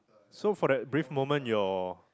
so for that brief moment your